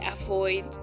avoid